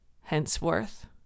Henceforth